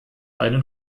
einen